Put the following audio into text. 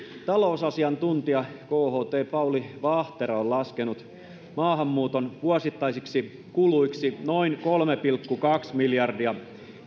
talousasiantuntija kht pauli vahtera on laskenut maahanmuuton vuosittaisiksi kuluiksi noin kolme pilkku kaksi miljardia